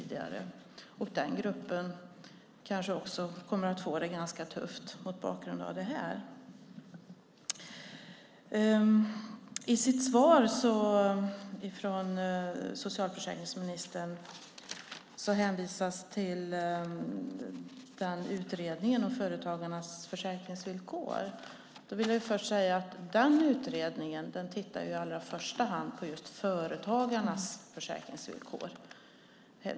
Den gruppen kanske också kommer att få det ganska tufft mot bakgrund av det här. I svaret från socialförsäkringsministern hänvisas till utredningen och företagarnas försäkringsvillkor. Jag vill först säga att den utredningen tittar i allra första hand på just företagarnas försäkringsvillkor.